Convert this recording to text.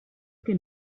che